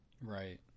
Right